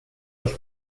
los